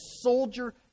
soldier